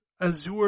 Azure